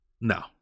no